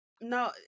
No